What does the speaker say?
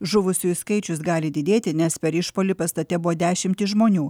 žuvusiųjų skaičius gali didėti nes per išpuolį pastate buvo dešimtys žmonių